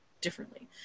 differently